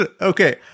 okay